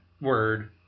word